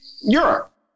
Europe